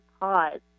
pause